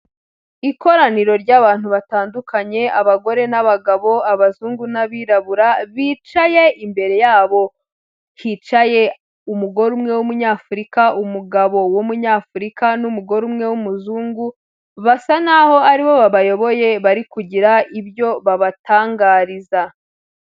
Ikoraniro ry'abantu batandukanye abagore n'abagabo abazungu n'abirabura, bicaye imbere yabo hicaye umugore umwe w'umunyafurika umugabo w'umunyafurika n'umugore umwe w'umuzungu basa naho aribo babayoboye bari kugira ibyo babatangariza.